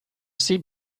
sea